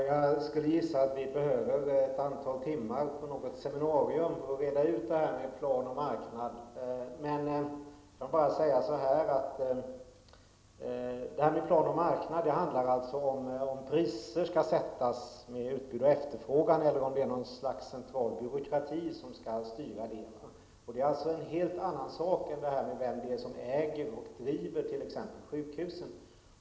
Herr talman! Jag gissar att vi skulle behöva ett antal timmar på ett seminarium för att kunna reda ut detta med plan och marknad. Men det handlar om huruvida priser skall sättas efter utbud och efterfrågan eller om det är någon central byråkrati som skall vara styrande. Detta är en helt annan sak än frågan om vem som skall driva och äga sjukhusen.